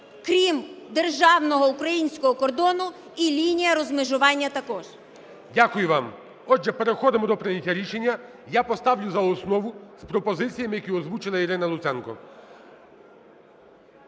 крім державного українського кордону і лінія розмежування також. ГОЛОВУЮЧИЙ. Дякую вам. Отже, переходимо до прийняття рішення. Я поставлю за основу з пропозиціями, які озвучила Ірина Луценко.